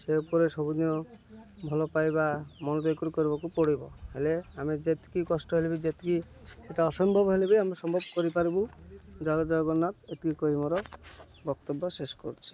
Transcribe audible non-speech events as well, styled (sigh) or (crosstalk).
ସେ ଉପରେ ସବୁଦିନ ଭଲ ପାଇବା ମନ (unintelligible) କରିବାକୁ ପଡ଼ିବ ହେଲେ ଆମେ ଯେତିକି କଷ୍ଟ ହେଲେ ବି ଯେତିକି ସେଇଟା ଅସମ୍ଭବ ହେଲେ ବି ଆମେ ସମ୍ଭବ କରିପାରିବୁ ଜୟ ଜଗନ୍ନାଥ ଏତିକି କହି ମୋର ବକ୍ତବ୍ୟ ଶେଷ କରୁଛି